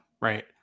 right